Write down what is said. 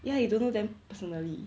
ya you don't know them personally